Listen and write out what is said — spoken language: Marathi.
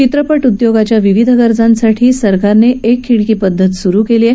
चित्रपट उदयोगाच्या विविध गरजांसाठी सरकारनं एका खिडकी पद्धत स्रु केली आहे